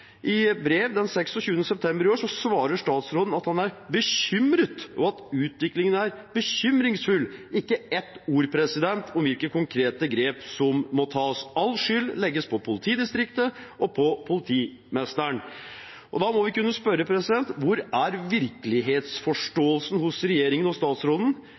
I brev den 26. september i år svarer statsråden at han er bekymret, og at utviklingen er bekymringsfull – ikke ett ord om hvilke konkrete grep som må tas. All skyld legges på politidistriktet og på politimesteren. Da må vi kunne spørre: Hvor er virkelighetsforståelsen hos regjeringen og statsråden?